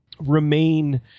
remain